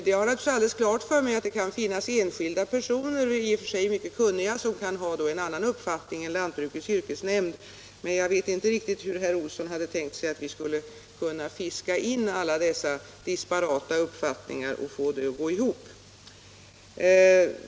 Jag har naturligtvis alldeles klart för mig att det kan finnas enskilda personer — i och för sig mycket kunniga, som kan ha en annan uppfattning än lantbrukets yrkesnämnd. Men jag vet inte riktigt hur herr Olsson hade tänkt sig att vi skulle kunna fiska in alla dessa disparata uppfattningar och få det hela att gå ihop.